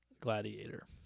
Gladiator